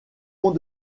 fond